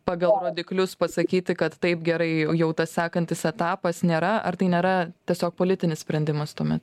pagal rodiklius pasakyti kad taip gerai jau tas sekantis etapas nėra ar tai nėra tiesiog politinis sprendimas tuomet